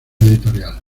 editorial